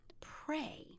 pray